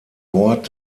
wort